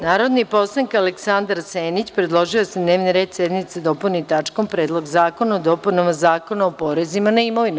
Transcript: Narodni poslanik Aleksandar Senić predložio je da se dnevni red sednice dopuni tačkom Predlog zakona o dopunama Zakona o porezima na imovinu.